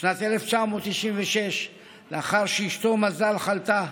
בשנת 1996 לאחר שאשתו מזל חלתה.